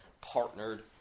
partnered